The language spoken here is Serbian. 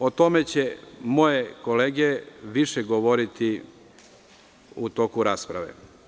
O tome će moje kolege više govoriti u toku rasprave.